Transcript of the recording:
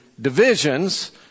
divisions